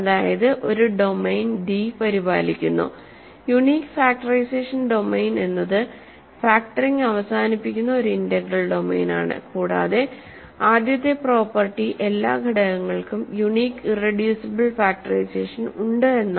അതായത് ഒരു domain D പരിപാലിക്കുന്നു യുണീക് ഫാക്ടറൈസേഷൻ ഡൊമെയ്ൻ എന്നത് ഫാക്ടറിംഗ് അവസാനിപ്പിക്കുന്ന ഒരു ഇന്റഗ്രൽ ഡൊമെയ്നാണ് കൂടാതെ ആദ്യത്തെ പ്രോപ്പർട്ടി എല്ലാ ഘടകങ്ങൾക്കും യുണീക് ഇറെഡ്യൂസിബിൾ ഫാക്ടറൈസേഷൻ ഉണ്ട് എന്നാണ്